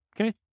Okay